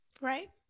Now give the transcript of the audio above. right